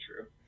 true